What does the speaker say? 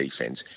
defence